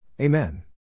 Amen